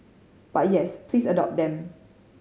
but yes please adopt them